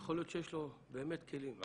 יכול להיות שיש לו באמת כלים.